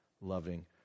loving